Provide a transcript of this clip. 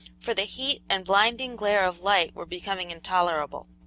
for the heat and blinding glare of light were becoming intolerable.